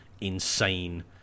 insane